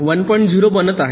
0 बनत आहे